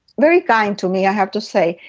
very kind to me, i have to say,